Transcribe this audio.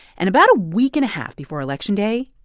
and about a week and a half before election day,